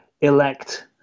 elect